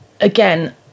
again